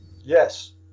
Yes